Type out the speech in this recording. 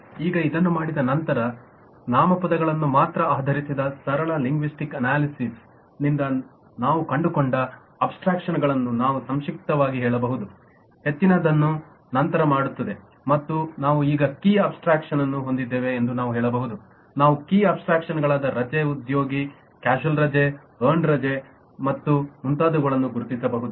ಈಗ ಇದನ್ನು ಮಾಡಿದ ನಂತರ ನಂತರ ನಾಮಪದಗಳನ್ನು ಮಾತ್ರ ಆಧರಿಸಿದ ಸರಳ ಲಿಂಗ್ವಿಸ್ಟಿಕ್ ಅನಾಲಿಸಿಸ್ ನಿಂದ ನಾವು ಕಂಡುಕೊಂಡ ಅಬ್ಸ್ಟ್ರಾಕ್ಷನ್ ಗಳನ್ನು ನಾವು ಸಂಕ್ಷಿಪ್ತವಾಗಿ ಹೇಳಬಹುದು ಹೆಚ್ಚಿನದನ್ನು ನಂತರ ಮಾಡುತ್ತದೆ ಮತ್ತು ನಾವು ಈಗ ಕೀ ಅಬ್ಸ್ಟ್ರಾಕ್ಷನನ್ನು ಹೊಂದಿದ್ದೇವೆ ಎಂದು ನಾವು ಹೇಳಬಹುದುನಾವು ಕೀ ಅಬ್ಸ್ಟ್ರಾಕ್ಷನ್ಗಳಾದ ರಜೆ ಉದ್ಯೋಗಿ ಕ್ಯಾಶುಯಲ್ ರಜೆ ಎರ್ನ್ಡ್ ರಜೆಮತ್ತು ಮುಂತಾದವುಗಳನ್ನು ಗುರುತಿಸಬಹುದು